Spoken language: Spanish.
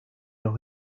los